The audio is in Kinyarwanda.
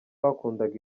wakundaga